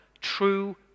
true